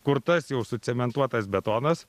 kur tas jau sucementuotas betonas